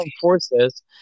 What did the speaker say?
forces